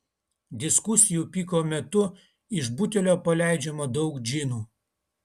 diskusijų piko metu iš butelio paleidžiama daug džinų